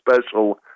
special